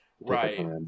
right